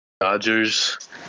Dodgers